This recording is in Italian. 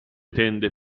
tende